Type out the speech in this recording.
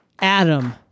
Adam